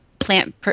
plant